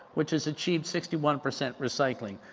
which has achieved sixty one percent recycling.